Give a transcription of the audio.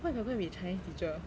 what if I go and be chinese teacher